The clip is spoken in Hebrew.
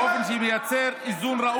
באופן שמייצר איזון ראוי,